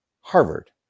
Harvard